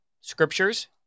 scriptures